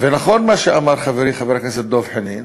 נכון מה שאמר חברי, חבר הכנסת דב חנין,